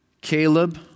Caleb